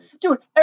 Dude